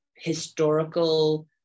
historical